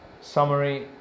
summary